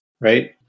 right